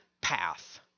path